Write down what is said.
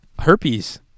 Herpes